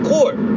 Court